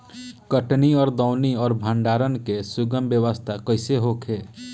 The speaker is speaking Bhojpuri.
कटनी और दौनी और भंडारण के सुगम व्यवस्था कईसे होखे?